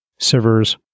Sivers